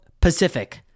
Pacific